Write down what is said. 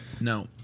No